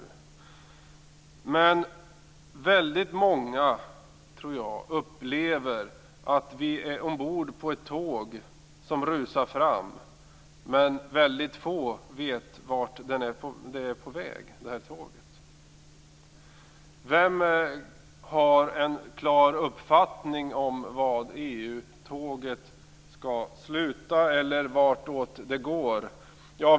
Jag tror att väldigt många upplever att vi är ombord på ett tåg som rusar fram, men väldigt få vet vart tåget är på väg. Vem har en klar uppfattning om vart EU-tåget går?